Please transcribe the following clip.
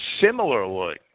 similarly